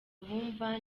abumva